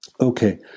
Okay